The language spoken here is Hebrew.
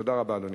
תודה רבה, אדוני.